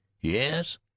Yes